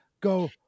go